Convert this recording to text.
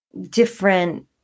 different